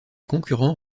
concurrents